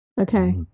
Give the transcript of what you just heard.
Okay